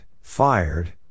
fired